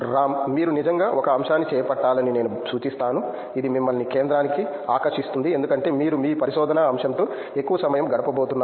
రామ్ మీరు నిజంగా ఒక అంశాన్ని చేపట్టాలని నేను సూచిస్తాను ఇది మిమ్మల్ని కేంద్రానికి ఆకర్షిస్తుంది ఎందుకంటే మీరు మీ పరిశోధనా అంశంతో ఎక్కువ సమయం గడపబోతున్నారు